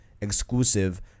exclusive